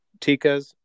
Tikas